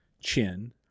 chin